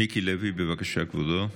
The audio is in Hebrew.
מיקי לוי, בבקשה, כבודו.